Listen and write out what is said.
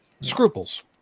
Scruples